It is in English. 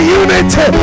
unity